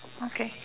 okay